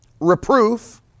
reproof